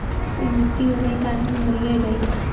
कुल मट्टी हो जाई त आदमी मरिए जाई